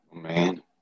Man